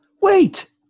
Wait